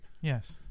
Yes